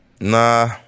Nah